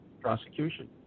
prosecution